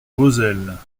vauzelles